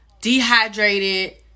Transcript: dehydrated